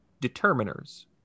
determiners